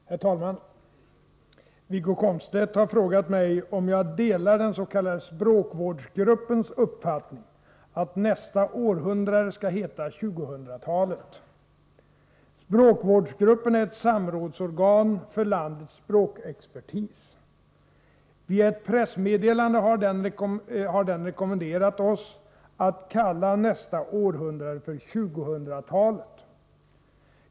Herr talman! Wiggo Komstedt har frågat mig om jag delar den s.k. språkvårdsgruppens uppfattning att nästa århundrade skall heta tjugohundratalet. Språkvårdsgruppen är ett samrådsorgan för landets språkexpertis. Via ett pressmeddelande har den rekommenderat oss att kalla nästa århundrade för tjugohundratalet.